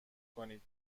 کنید